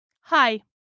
Hi